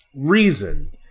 reason